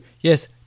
Yes